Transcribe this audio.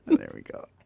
and there we go